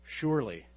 surely